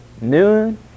noon